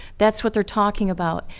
that's what they're talking about.